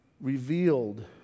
revealed